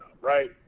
right